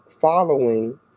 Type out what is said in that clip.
following